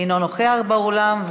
אינו נוכח באולם,